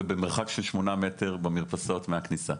ובמרחק של 8 מטרים במרפסות מהכניסה.